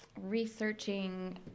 researching